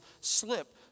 slip